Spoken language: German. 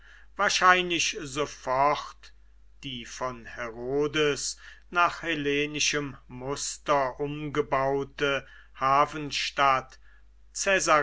wahrscheinlich sofort die von herodes nach hellenischem muster umgebaute